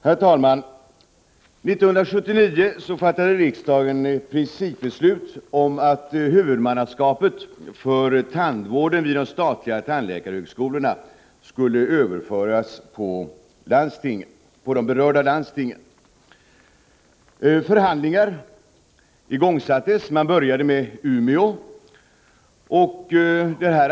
Herr talman! År 1979 fattade riksdagen ett principbeslut om att huvudmannaskapet för tandvården vid de statliga tandläkarhögskolorna skulle överföras på de berörda landstingen. Förhandlingar igångsattes. Man började med Umeå.